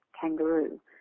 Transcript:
Kangaroo